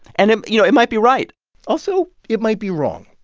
and, you know, it might be right also it might be wrong.